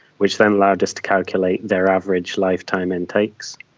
which then allowed us to calculate their average lifetime intakes.